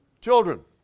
Children